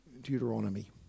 Deuteronomy